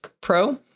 Pro